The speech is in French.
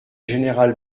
général